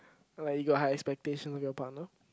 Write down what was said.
like you got high expectation of your partner